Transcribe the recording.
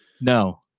no